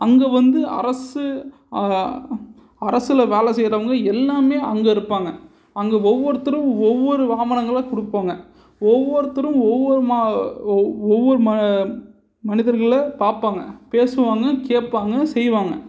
அங்கே வந்து அரசு ஆ அரசில் வேலை செய்கிறவங்க எல்லாமே அங்கே இருப்பாங்க அங்கே ஒவ்வொருத்தரும் ஒவ்வொரு ஆவணங்கள் கொடுப்பாங்க ஒவ்வொருத்தரும் ஒவ்வொரு மா ஒவ்வொரு ம மனிதர்கள பார்ப்பாங்க பேசுவாங்க கேட்பாங்க செய்வாங்க